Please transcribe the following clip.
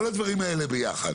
כל הדברים האלה ביחד